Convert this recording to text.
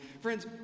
Friends